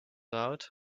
out